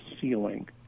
ceiling